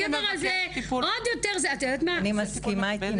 הגבר הזה עוד יותר --- אני מסכימה אתך,